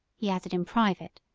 he added in private,